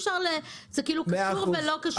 זה כאילו קשור ולא קשור.